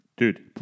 Dude